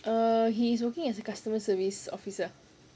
err he is working as a customer service officer